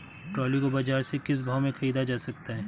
Trolley को बाजार से किस भाव में ख़रीदा जा सकता है?